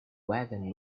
wagon